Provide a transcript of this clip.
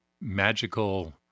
magical